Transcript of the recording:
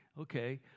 Okay